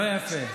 לא,